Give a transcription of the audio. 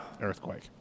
Earthquake